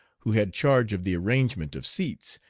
who had charge of the arrangement of seats,